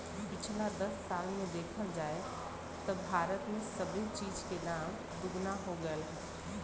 पिछला दस साल मे देखल जाए त भारत मे सबे चीज के दाम दुगना हो गएल हौ